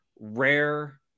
rare